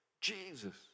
Jesus